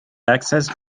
accessed